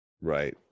Right